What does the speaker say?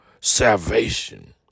salvation